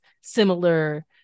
similar